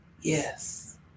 Yes